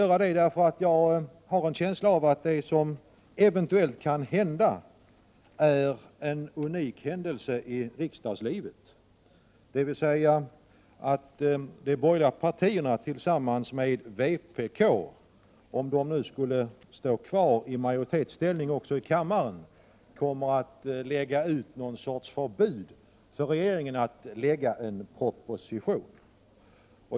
Jag har nämligen en känsla av att vad som eventuellt kan hända är någonting unikt i riksdagslivet, dvs. att de borgerliga partierna tillsammans med vpk, om nu detta parti även vid omröstningen i kammaren står kvar i den 57 majoritet som man i utskottet bildat med de borgerliga partierna, kommer att utfärda någon sorts förbud för regeringen att framlägga en proposition.